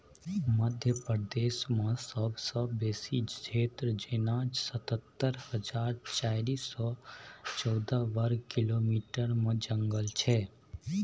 मध्य प्रदेशमे सबसँ बेसी क्षेत्र जेना सतहत्तर हजार चारि सय चौदह बर्ग किलोमीटरमे जंगल छै